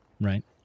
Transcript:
right